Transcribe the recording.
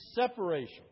Separation